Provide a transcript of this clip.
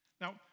Now